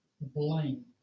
blame